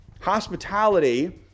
Hospitality